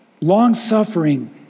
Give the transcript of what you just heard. long-suffering